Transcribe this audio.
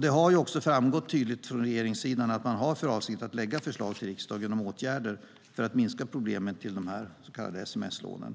Det har också framgått tydligt från regeringssidan att man har för avsikt att lägga fram förslag för riksdagen om åtgärder för att minska problemen kring de så kallade sms-lånen.